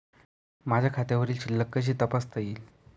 माझ्या खात्यावरील शिल्लक कशी तपासता येईल?